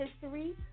history